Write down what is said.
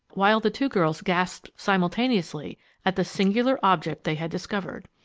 while the two girls gasped simultaneously at the singular object they had discovered.